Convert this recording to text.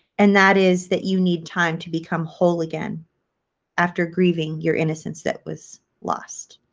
and that is that you need time to become whole again after grieving your innocence that was lost.